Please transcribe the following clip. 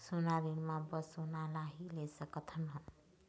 सोना ऋण मा बस सोना ला ही ले सकत हन हम?